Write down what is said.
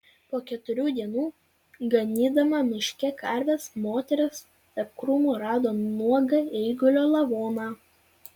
po keturių dienų ganydama miške karves moteris tarp krūmų rado nuogą eigulio lavoną